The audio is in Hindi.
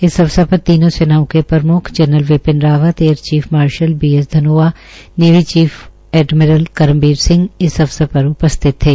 इस अवसर पर तीनों सेनाओं के प्रम्ख general Bipin Rawat air chief marshal B S Dhanoa navy chief admiral Karambir Singh इस अवसर पर उपस्थित थे